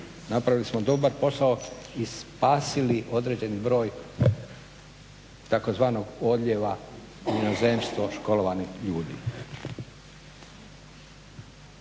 Napravili smo dobar posao i spasili određeni broj tzv. odljeva u inozemstvo školovanih ljudi.